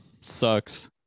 sucks